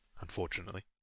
unfortunately